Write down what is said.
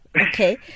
Okay